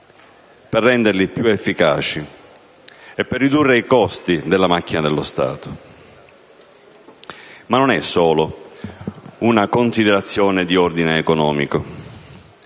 per renderli più efficaci e per ridurre i costi della macchina dello Stato. Ma non è solo una considerazione di ordine economico,